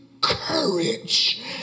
courage